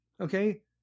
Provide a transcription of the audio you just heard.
okay